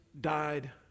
died